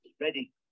Ready